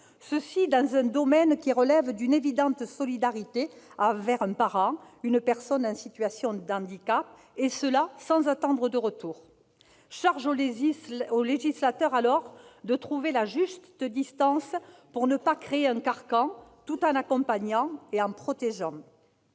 dans un domaine qui relève d'une évidente solidarité témoignée à un parent en situation de handicap, et cela sans attente d'un retour. Charge au législateur de trouver la juste distance pour ne pas créer un carcan, tout en accompagnant et protégeant.